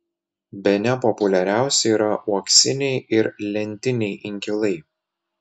bene populiariausi yra uoksiniai ir lentiniai inkilai